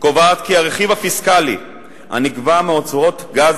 קובעת כי הרכיב הפיסקלי הנקבע מאוצרות גז